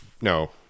No